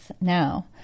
now